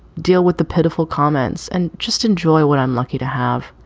deal with the pitiful comments and just enjoy what i'm lucky to have.